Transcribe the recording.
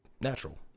natural